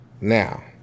Now